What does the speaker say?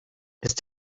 ist